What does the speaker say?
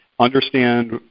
understand